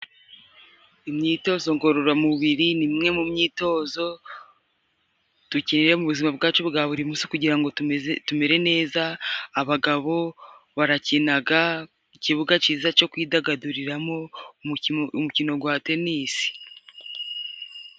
Imyitozo ngororamubiri, ni imwe mu myitozo dukeneye mu buzima bwacu bwa buri munsi, kugira ngo tumere neza, abagabo barakina mu ikibuga kiza cyo kwidagaduriramo, umukino wa tenisi.